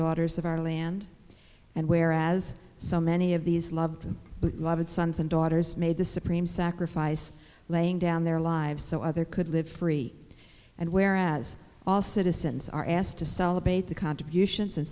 daughters of our land and where as so many of these loved them but love and sons and daughters made the supreme sacrifice laying down their lives so other could live free and where as all citizens are asked to celebrate the contributions and